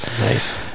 Nice